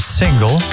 single